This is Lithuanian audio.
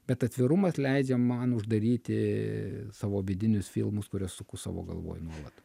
bet atvirumas leidžia man uždaryti savo vidinius filmus kuriuos suku savo galvoj nuolat